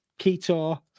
Keto